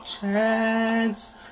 chance